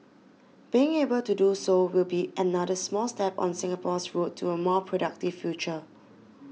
being able to do so will be another small step on Singapore's road to a more productive future